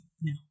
No